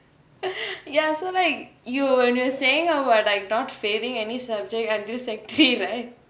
ya so like when you were saying about like not failing any subject until secondary three right